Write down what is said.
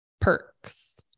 perks